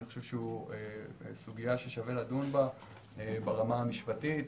זו סוגיה ששווה לדון בה ברמה המשפטית,